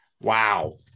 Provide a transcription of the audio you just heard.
Wow